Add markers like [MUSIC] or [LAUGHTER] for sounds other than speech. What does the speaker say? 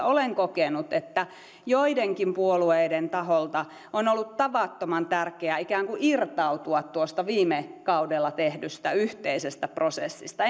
[UNINTELLIGIBLE] olen kokenut että joidenkin puolueiden taholta on ollut tavattoman tärkeää ikään kuin irtautua tuosta viime kaudella tehdystä yhteisestä prosessista [UNINTELLIGIBLE]